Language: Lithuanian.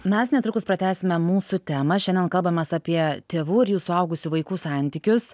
mes netrukus pratęsime mūsų temą šiandien kalbamės apie tėvų ir jų suaugusių vaikų santykius